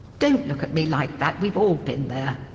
don't look at me like that we've all been there.